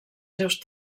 seus